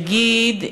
נגיד,